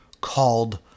called